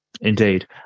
Indeed